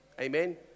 Amen